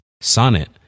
Sonnet